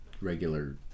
regular